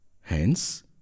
Hence